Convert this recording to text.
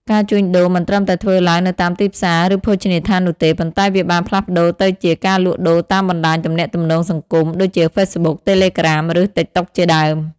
ការជួញដូរមិនត្រឹមតែធ្វើឡើងនៅតាមទីផ្សារឬភោជនីយដ្ឋាននោះទេ ប៉ុន្តែវាបានផ្លាស់ប្ដូរទៅជា ការលក់ដូរតាមបណ្ដាញទំនាក់ទំនងសង្គម ដូចជា ហ្វេសបុក តេលេក្រាម ឬ តីកតុកជាដើម។